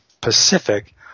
Pacific